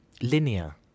linear